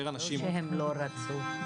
לא שהם לא רצו.